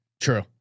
True